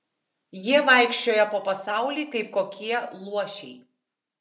jie vaikščioja po pasaulį kaip kokie luošiai